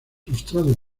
frustrado